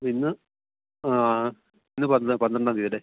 അപ്പം ഇന്ന് ഇന്ന് പന്ത്രണ്ടാം തീയതിയല്ലേ